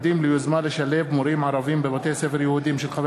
בנושא: אנשי חינוך מתנגדים ליוזמה לשלב מורים ערבים בבתי-ספר יהודיים,